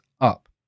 up